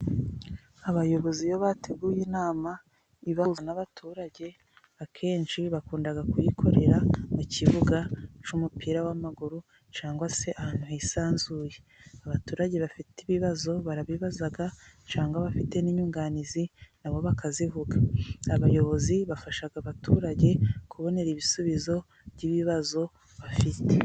Abayobozi iyo bateguye inama ibahuza n'abaturage, akenshi bakunda kuyikorera mu kibuga cy'umupira w'amaguru cyangwa se ahantu hisanzuye, abaturage bafite ibibazo barabibaza cyangwa bafite n'inyunganizi na bo bakazivuga. Abayobozi bafasha abaturage kubonera ibisubizo by'ibibazo bafite.